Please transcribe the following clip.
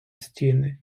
стіни